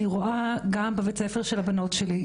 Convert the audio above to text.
אני רואה גם בבית הספר של הבנות שלי,